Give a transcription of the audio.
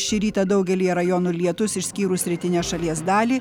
šį rytą daugelyje rajonų lietus išskyrus rytinę šalies dalį